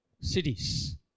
cities